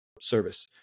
service